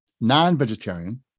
Non-vegetarian